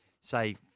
say